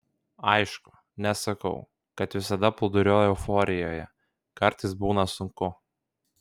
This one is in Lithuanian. aišku nesakau kad visada plūduriuoju euforijoje kartais būna sunku